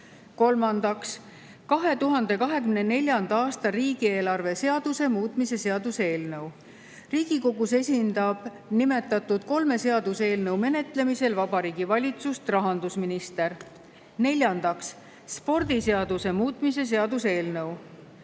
Kolmandaks, 2024. aasta riigieelarve seaduse muutmise seaduse eelnõu. Riigikogus esindab nimetatud kolme seaduseelnõu menetlemisel Vabariigi Valitsust rahandusminister. Neljandaks, spordiseaduse muutmise seaduse eelnõu.